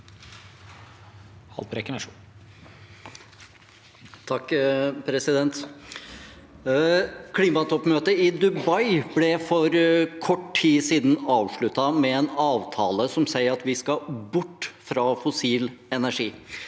Haltbrekken (SV) Klimatoppmøtet i Dubai ble for kort tid siden avsluttet med en avtale som sier at vi skal bort fra fossil energi.